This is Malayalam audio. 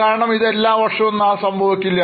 കാരണം ഇത് എല്ലാ വർഷവും സംഭവിക്കില്ല